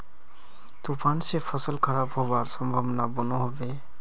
तूफान से फसल खराब होबार संभावना बनो होबे?